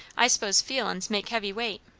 i s'pose feelin's makes heavy weight.